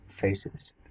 faces